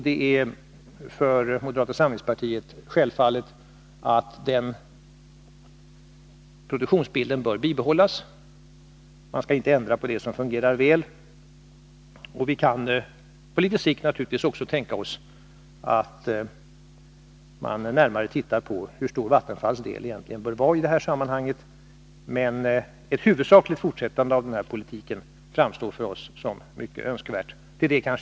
Det är för moderata samlingspartiet självklart att den produktionsbilden bör bibehållas. Man skall inte ändra på det som fungerar väl. Vi kan på litet längre sikt naturligtvis tänka oss att man närmare studerar hur stor Vattenfalls del egentligen bör vara i det här sammanhanget. Ett huvudsakligt fortsättande av den här politiken framstår för oss som mycket önskvärt.